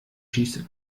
schieße